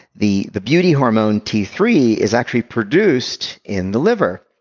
the the beauty hormone t three, is actually produced in the liver.